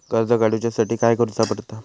कर्ज काडूच्या साठी काय करुचा पडता?